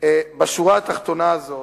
בשורה תחתונה כזאת,